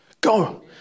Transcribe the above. Go